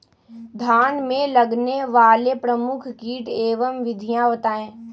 धान में लगने वाले प्रमुख कीट एवं विधियां बताएं?